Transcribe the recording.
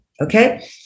Okay